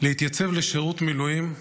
להתייצב לשירות מילואים,